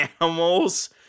animals